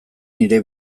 nire